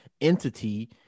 entity